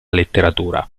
letteratura